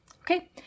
okay